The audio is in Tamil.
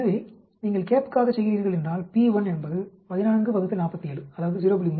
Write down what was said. எனவே நீங்கள் CAP க்காகச் செய்கிறீர்கள் என்றால் p1 என்பது 14 ÷ 47 அதாவது 0